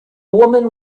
woman